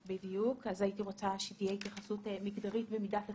הייתי רוצה שתהיה התייחסות מגדרית במידת הצורך.